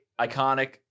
iconic